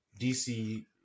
DC